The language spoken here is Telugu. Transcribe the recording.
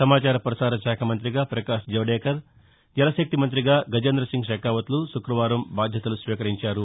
సమాచారప్రసార శాఖ మంత్రిగా ప్రకాశ్ జాపదేకర్ జల శక్తి మంత్రిగా గజేంద సింగ్ షెకావత్లు శుక్రవారం బాధ్యతలు స్వీకరించారు